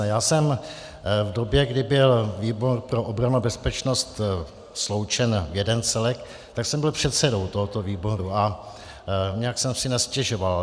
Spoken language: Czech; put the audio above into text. Já jsem v době, kdy byl výbor pro obranu a bezpečnost sloučen v jeden celek, byl předsedou tohoto výboru a nijak jsem si nestěžoval.